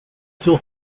still